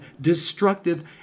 destructive